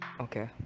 Okay